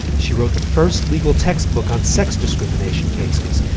she wrote the first legal textbook on sex discrimination cases.